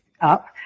up